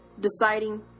deciding